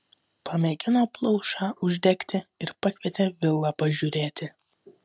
pamėgino plaušą uždegti ir pakvietė vilą pažiūrėti